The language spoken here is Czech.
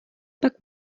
pak